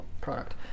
product